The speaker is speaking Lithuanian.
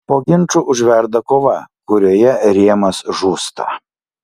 po ginčų užverda kova kurioje rėmas žūsta